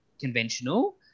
conventional